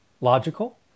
logical